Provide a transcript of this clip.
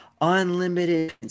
unlimited